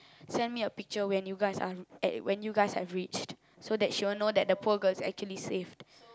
send me a picture when you guys are at when have reached so that she will know that the poor girl is actually saved